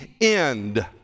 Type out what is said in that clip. end